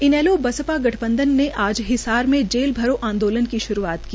इनेलो बसपा गठबंधन ने आज हिसार में जेल भरो आंदोलन की श्रुआत की